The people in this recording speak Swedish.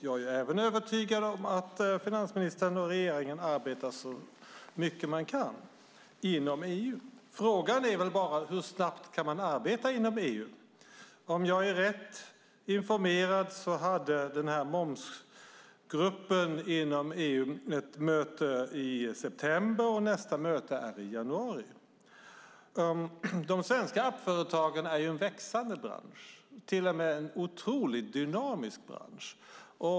Jag är övertygad om att finansministern och regeringen arbetar så mycket de kan inom EU. Frågan är väl bara hur snabbt man kan arbeta inom EU. Om jag är rätt informerad hade momsgruppen inom EU ett möte i september. Nästa möte är i januari. De svenska appföretagen är en växande och otroligt dynamisk bransch.